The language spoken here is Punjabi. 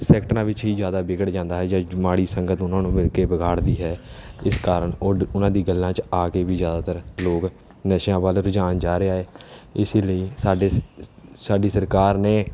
ਸੈਕਟਰਾਂ ਵਿੱਚ ਹੀ ਜ਼ਿਆਦਾ ਵਿਗੜ ਜਾਂਦਾ ਹੈ ਜਾਂ ਮਾੜੀ ਸੰਗਤ ਉਹਨਾਂ ਨੂੰ ਮਿਲ ਕੇ ਵਿਗਾੜਦੀ ਹੈ ਇਸ ਕਾਰਨ ਓਡ ਉਹਨਾਂ ਦੀ ਗੱਲਾਂ 'ਚ ਆ ਕੇ ਵੀ ਜ਼ਿਆਦਾਤਰ ਲੋਕ ਨਸ਼ਿਆਂ ਵੱਲ ਰੁਝਾਨ ਜਾ ਰਿਹਾ ਹੈ ਇਸੇ ਲਈ ਸਾਡੇ ਸਾਡੀ ਸਰਕਾਰ ਨੇ